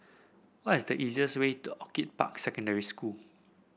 what is the easiest way to Orchid Park Secondary School